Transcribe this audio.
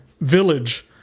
village